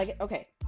Okay